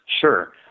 Sure